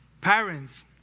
parents